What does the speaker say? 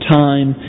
time